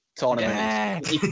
Tournament